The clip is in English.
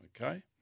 Okay